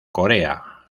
corea